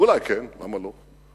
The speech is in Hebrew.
אולי כן, למה לא?